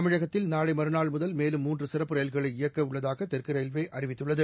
தமிழகத்தில் நாளை மறுநாள் முதல் மேலும் மூன்று சிறப்பு ரயில்களை இயக்க உள்ளதாக தெற்கு ரயில்வே அறிவித்துள்ளது